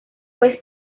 fue